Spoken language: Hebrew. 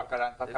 רק על הנפקה.